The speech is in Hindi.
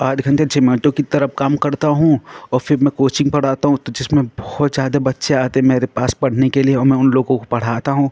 आठ घंटे जेमाटो की तरफ काम करता हूँ औ फिर मैं कोचिंग पढ़ाता हूँ तो जिसमें बहुत ज़्यादा बच्चे आते मेरे पास पढ़ने के लिए और मैं उन लोगों को पढ़ाता हूँ